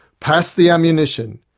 pass the ammunition!